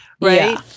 right